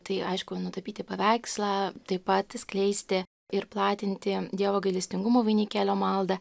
tai aišku nutapyti paveikslą taip pat skleisti ir platinti dievo gailestingumo vainikėlio maldą